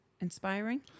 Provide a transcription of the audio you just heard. inspiring